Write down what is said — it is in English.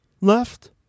left